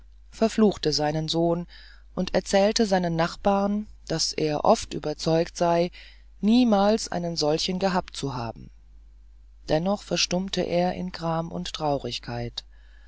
verfluchte seinen sohn und erzählte seinen nachbarn daß er oft überzeugt sei niemals einen solchen gehabt zu haben dennoch verstummte er in gram und traurigkeit